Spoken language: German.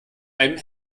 einem